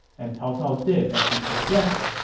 and cao cao did as he suggested